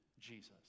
Jesus